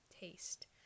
taste